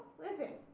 living,